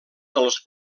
dels